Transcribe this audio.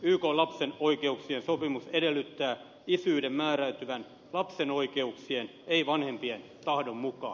ykn lapsen oikeuksien sopimus edellyttää isyyden määräytyvän lapsen oikeuksien ei vanhempien tahdon mukaan